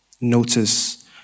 notice